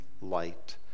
light